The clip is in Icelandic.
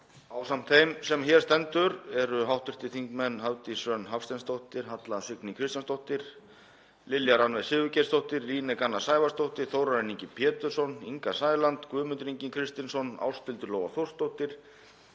Ásamt þeim sem hér stendur eru hv. þingmenn Hafdís Hrönn Hafsteinsdóttir, Halla Signý Kristjánsdóttir, Lilja Rannveig Sigurgeirsdóttir, Líneik Anna Sævarsdóttir, Þórarinn Ingi Pétursson, Inga Sæland, Guðmundur Ingi Kristinsson, Ásthildur Lóa Þórsdóttir,